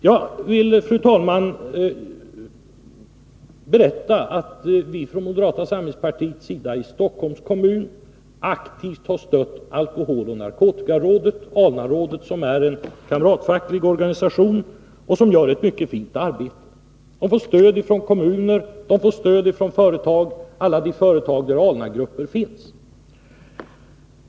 Jag vill, fru talman, berätta att vi ffån moderata samlingspartiets sida i Stockholms kommun aktivt har stött Alkoholoch narkotikarådet, som är en kamratfacklig organisation som gör ett mycket fint arbete. De får stöd från kommuner och från alla de företag där ALNA-grupper finns.